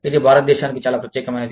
ఇది భారతదేశానికి చాలా ప్రత్యేకమైనది